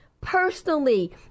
Personally